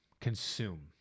Consume